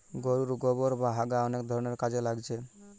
গোরুর গোবোর বা হাগা অনেক ধরণের কাজে লাগছে